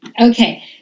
okay